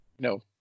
No